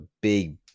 big